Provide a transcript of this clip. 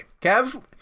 Kev